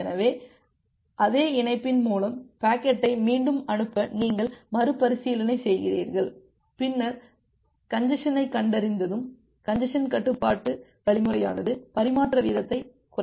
எனவே அதே இணைப்பின் மூலம் பாக்கெட்டை மீண்டும் அனுப்ப நீங்கள் மறுபரிசீலனை செய்கிறீர்கள் பின்னர் கஞ்ஜசனைக் கண்டறிந்ததும் கஞ்ஜசன் கட்டுப்பாட்டு வழிமுறையானது பரிமாற்ற வீதத்தைக் குறைக்கிறது